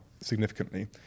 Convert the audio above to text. significantly